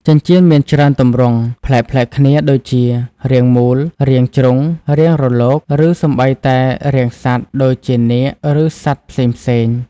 ចិញ្ចៀនមាន ច្រើនទម្រង់ ប្លែកៗគ្នាដូចជា រាងមូល រាងជ្រុង រាងរលក ឬសូម្បីតែរាងសត្វ (ដូចជានាគ ឬសត្វផ្សេងៗ)។